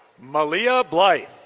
melia blythe.